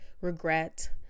regret